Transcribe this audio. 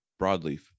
broadleaf